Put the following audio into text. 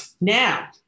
now